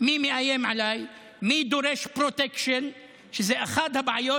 מי מאיים עליי, מי דורש פרוטקשן, שזו אחת הבעיות